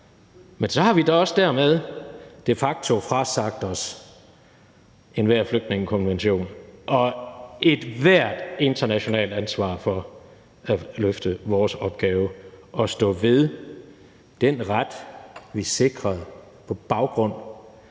Men så har vi da også dermed de facto frasagt os enhver flygtningekonvention og ethvert internationalt ansvar for at løfte vores opgave og stå ved den ret, vi er sikret på baggrund